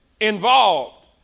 involved